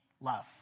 love